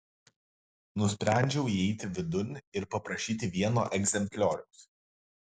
nusprendžiau įeiti vidun ir paprašyti vieno egzemplioriaus